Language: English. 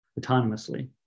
autonomously